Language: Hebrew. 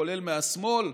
כולל מהשמאל.